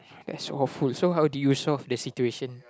that's awful so how did you solve the situation